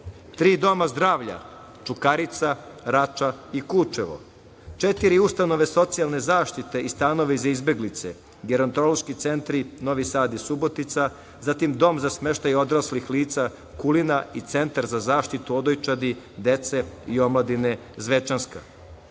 doma zdravlja: Čukarica, Vračar i Kučevo. Četiri ustanove socijalne zaštite i stanove za izbeglice, gerontološki centri Novi Sad i Subotica, zatim, Dom za smeštaj odraslih lica Kulina i Centar za zaštitu odojčadi, dece i omladine Zvečanska. Dakle,